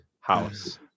house